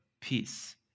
peace